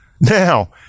Now